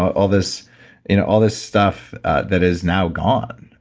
all this you know all this stuff that is now gone,